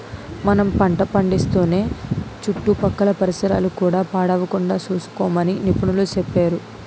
మనం పంట పండిస్తూనే చుట్టుపక్కల పరిసరాలు కూడా పాడవకుండా సూసుకోమని నిపుణులు సెప్పేరు